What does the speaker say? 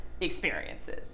experiences